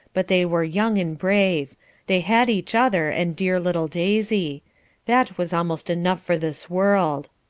but they were young and brave they had each other and dear little daisy that was almost enough for this world.